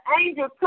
angel